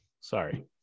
sorry